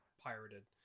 Pirated